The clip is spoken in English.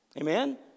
Amen